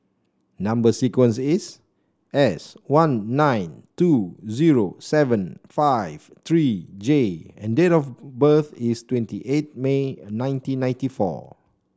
number sequence is S one nine two zero seven five three J and date of birth is twenty eight May nineteen ninety four